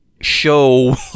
show